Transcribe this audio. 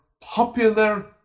popular